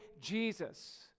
Jesus